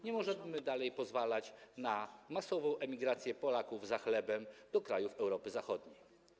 Nie możemy dalej pozwalać na masową emigrację Polaków za chlebem do krajów Europy Zachodniej.